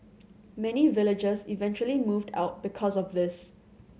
many villagers eventually moved out because of this